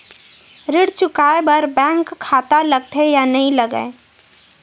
ऋण चुकाए बार बैंक खाता लगथे या नहीं लगाए?